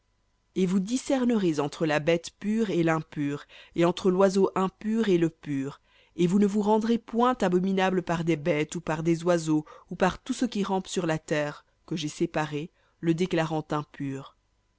et vous discernerez entre la bête pure et l'impure et entre l'oiseau impur et le pur et vous ne vous rendrez point abominables par des bêtes ou par des oiseaux ou par tout ce qui rampe sur la terre que j'ai séparé le déclarant impur